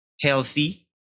healthy